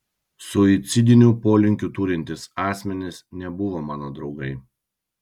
suicidinių polinkių turintys asmenys nebuvo mano draugai